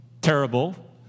terrible